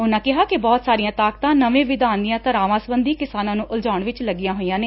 ਉਨੂਂ ਕਿਹਾ ਕਿ ਬਹੁਤ ਸਾਰੀਆਂ ਤਾਕਤਾਂ ਨਵੇਂ ਵਿਧਾਨ ਦੀਆਂ ਧਾਰਾਵਾਂ ਸਬੰਧੀ ਕਿਸਾਨਾਂ ਨੂੰ ਉਲਝਾਉਣ ਵਿਚ ਲੱਗੀਆਂ ਹੋਈਆਂ ਨੇ